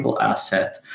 asset